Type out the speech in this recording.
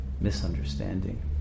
misunderstanding